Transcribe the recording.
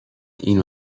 این